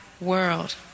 world